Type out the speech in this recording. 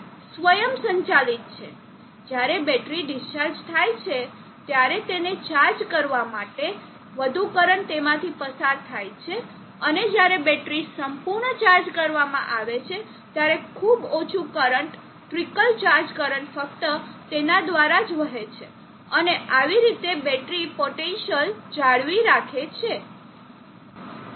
તે સ્વયંસંચાલીત છે જ્યારે બેટરી ડિસ્ચાર્જ થાય છે ત્યારે તેને ચાર્જ કરવા માટે વધુ કરંટ તેમાંથી પસાર થાય છે અને જ્યારે બેટરી સંપૂર્ણ ચાર્જ કરવામાં આવે છે ત્યારે ખૂબ ઓછું કરંટ ટ્રિકલ ચાર્જ કરંટ ફક્ત તેના દ્વારા જ વહે છે અને આવી રીતે બેટરી પોટેન્સિઅલ જાળવી રાખે છે